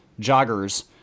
joggers